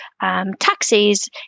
taxis